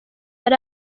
yari